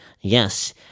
yes